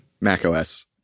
MacOS